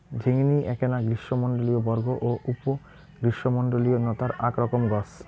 ঝিঙ্গিনী এ্যাকনা গ্রীষ্মমণ্ডলীয় বর্গ ও উপ গ্রীষ্মমণ্ডলীয় নতার আক রকম গছ